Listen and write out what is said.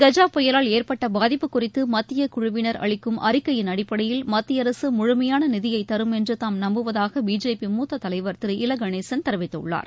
கஜா புயலால் ஏற்பட்ட பாதிப்பு குறித்து மத்திய குழுவினர் அளிக்கும் அறிக்கையின் அடிப்படையில் மத்திய அரசு முழுமையான நிதியை தரும் என்று தாம் நம்புவதாக பிஜேபி மூத்த தலைவர் திரு இல கணேசன் தெரிவித்துள்ளார்